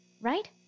right